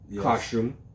costume